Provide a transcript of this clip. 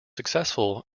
successful